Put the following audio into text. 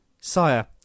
Sire